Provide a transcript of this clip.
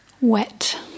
Wet